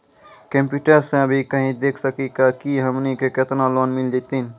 Computer सा भी कही देख सकी का की हमनी के केतना लोन मिल जैतिन?